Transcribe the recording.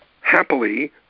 Happily